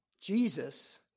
Jesus